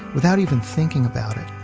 without even thinking about it.